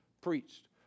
preached